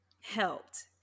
helped